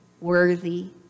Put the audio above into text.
worthy